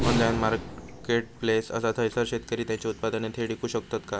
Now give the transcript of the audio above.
Online marketplace असा थयसर शेतकरी त्यांची उत्पादने थेट इकू शकतत काय?